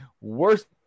worst